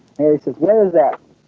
harry says what is that?